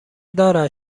دارد